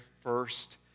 first